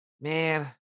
Man